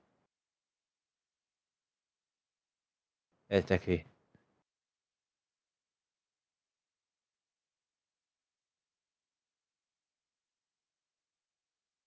exactly